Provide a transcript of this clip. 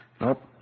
Nope